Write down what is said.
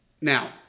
Now